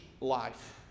life